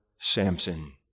Samson